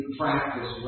practice